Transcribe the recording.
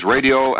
Radio